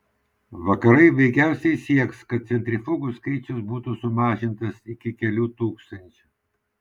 vakarai veikiausiai sieks kad centrifugų skaičius būtų sumažintas iki kelių tūkstančių